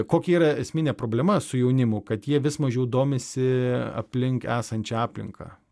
kokia yra esminė problema su jaunimu kad jie vis mažiau domisi aplink esančia aplinka